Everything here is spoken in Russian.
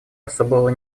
особого